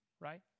Right